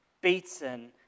beaten